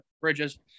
Bridges